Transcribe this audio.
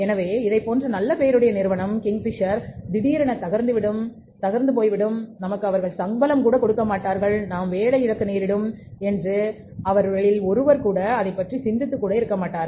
எனவே இதைப் போன்ற நல்ல பெயருடைய நிறுவனம் கிங்பிஷர் திடீரென தகர்ந்து விடும் நமக்கு அவர்கள் சம்பளம் கூட கொடுக்க மாட்டார்கள் நாம் வேலை இழக்க நேரிடும் என்று ஒருவர் கூட அதை அதைப் பற்றி சிந்தித்து இருக்க மாட்டார்